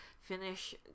finish